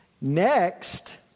Next